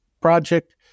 project